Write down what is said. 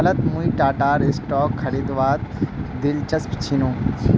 हालत मुई टाटार स्टॉक खरीदवात दिलचस्प छिनु